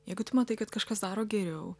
jeigu tu matai kad kažkas daro geriau